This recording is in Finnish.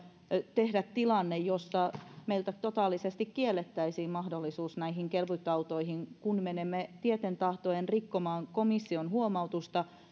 tehdä tilanne jossa meiltä totaalisesti kiellettäisiin mahdollisuus näihin kevytautoihin kun menemme tieten tahtoen rikkomaan komission huomautusta